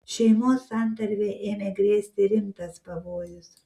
šeimos santarvei ėmė grėsti rimtas pavojus